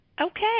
Okay